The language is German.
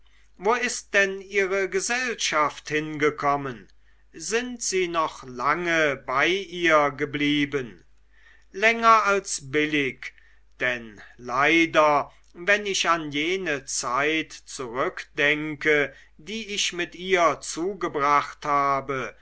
wo ist denn ihre gesellschaft hingekommen sind sie noch lange bei ihr geblieben länger als billig denn leider wenn ich an jene zeit zurückdenke die ich mit ihr zugebracht habe